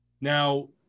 Now